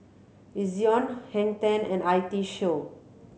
Ezion Hang Ten and I T Show